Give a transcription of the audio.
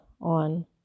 on